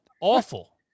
awful